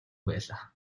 байлаа